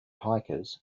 hikers